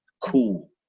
cool